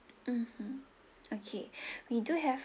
mmhmm okay we do have